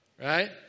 right